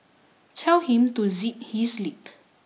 tell him to zip his lip